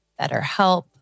BetterHelp